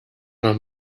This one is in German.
noch